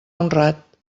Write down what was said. honrat